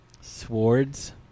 Swords